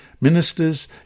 ministers